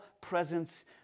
presence